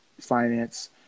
finance